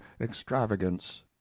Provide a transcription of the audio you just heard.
extravagance